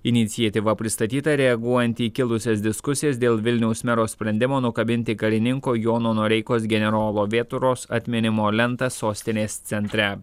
iniciatyva pristatyta reaguojant į kilusias diskusijas dėl vilniaus mero sprendimo nukabinti karininko jono noreikos generolo vėtros atminimo lentą sostinės centre